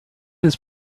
his